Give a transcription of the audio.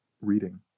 reading